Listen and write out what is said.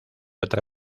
otra